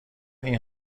این